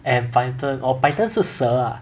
and python orh python 是蛇 ah